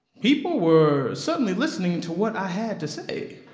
people were suddenly listening to what i had to say